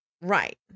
Right